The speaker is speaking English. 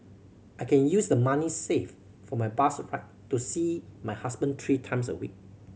I can use the money saved for my bus ride to see my husband three times a week